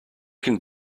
can